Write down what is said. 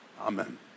Amen